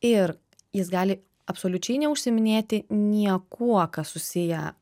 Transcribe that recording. ir jis gali absoliučiai neužsiiminėti niekuo kas susiję